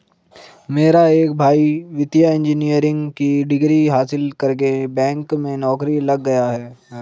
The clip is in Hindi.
मेरा एक भाई वित्तीय इंजीनियरिंग की डिग्री हासिल करके बैंक में नौकरी लग गया है